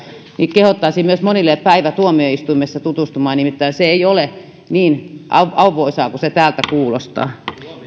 kehottaisin myös monia tutustumaan päivään tuomioistuimessa nimittäin se ei ole niin auvoisaa kuin se täältä kuulostaa